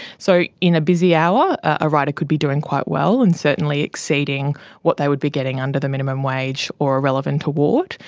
so in a busy hour a rider could be doing quite well and certainly exceeding what they would be getting under the minimum wage or a relevant award.